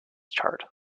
chart